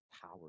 power